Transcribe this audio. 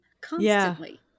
constantly